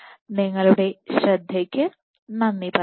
നിങ്ങളുടെ ശ്രദ്ധയ്ക്ക് നന്ദി പറയുന്നു